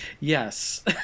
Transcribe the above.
yes